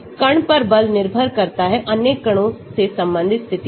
कण पर बल निर्भर करता है अन्य कणों से संबंधित स्थिति पर